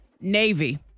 Navy